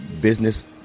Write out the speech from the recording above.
business